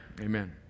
amen